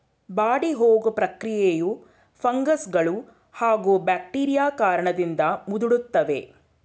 ಬಾಡಿಹೋಗೊ ಪ್ರಕ್ರಿಯೆಯು ಫಂಗಸ್ಗಳೂ ಹಾಗೂ ಬ್ಯಾಕ್ಟೀರಿಯಾ ಕಾರಣದಿಂದ ಮುದುಡ್ತವೆ